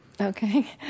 Okay